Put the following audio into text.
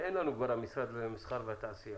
אין לנו כבר משרד למסחר ותעשייה,